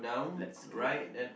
let's go